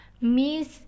miss